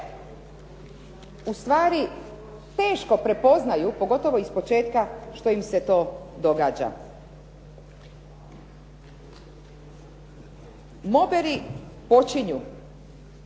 u stvari teško prepoznaju pogotovo ispočetka što im se to događa. Moberi počinju